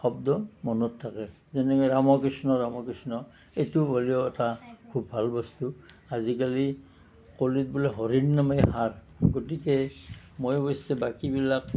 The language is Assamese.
শব্দ মনত থাকে যেনেকৈ ৰাম কৃষ্ণ ৰাম কৃষ্ণ এইটো হলেও এটা খুব ভাল বস্তু আজিকালি কলিত বোলে হৰিৰ নামেই সাৰ গতিকে মই অৱশ্যে বাকীবিলাক